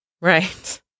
Right